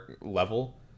level